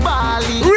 Bali